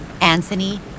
Anthony